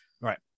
Right